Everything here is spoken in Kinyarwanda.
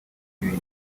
ibiza